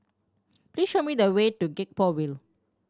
please show me the way to Gek Poh Ville